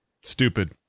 stupid